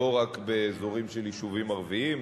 לא רק באזורים של יישובים ערביים,